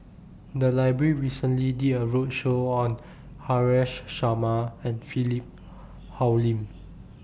The Library recently did A roadshow on Haresh Sharma and Philip Hoalim